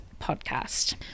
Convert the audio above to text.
podcast